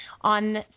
On